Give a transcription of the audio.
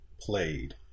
played